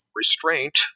restraint